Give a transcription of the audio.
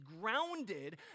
grounded